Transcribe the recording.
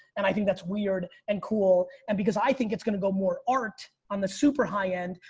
and i think that's weird and cool. and because i think it's gonna go more art on the super high end.